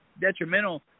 detrimental –